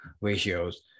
ratios